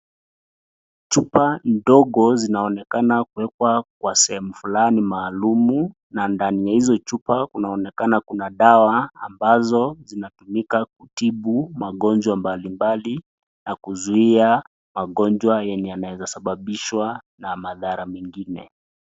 Chupa ndogo zinaonekana kuwekwa kwa sehemu fulani maalumu na ndani ya hizo chupa kunaonekana kuna dawa ambazo zinatumika kutibu magonjwa mbali mbali na kuzuia magonjwa yenye yanaeza sababishwa na madhara mengine.